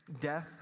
death